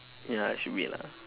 ya should be lah